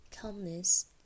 calmness